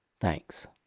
Thanks